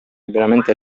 liberamente